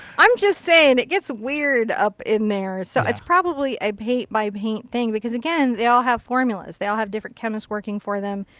i'm just saying it gets weird up in there. so it's probably a paint by paint thing. because again they all have formulas. they all have different chemists working for them.